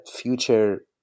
future